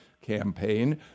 campaign